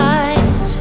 eyes